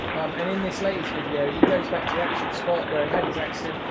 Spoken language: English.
and in this latest video he goes back to the actual spot where he had his accident.